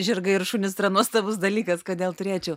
žirgai ir šunys yra nuostabus dalykas kodėl turėčiau